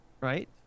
right